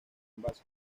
embalse